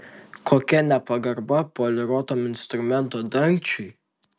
kokia nepagarba poliruotam instrumento dangčiui